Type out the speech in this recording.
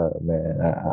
man